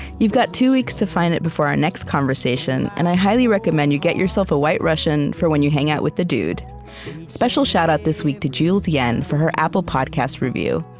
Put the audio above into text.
you've got two weeks to find it before our next conversation' and i highly recommend you get yourself a white russian for when you hang out with the dude special shout-out this week to julesyenn for her apple podcasts review.